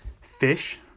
fish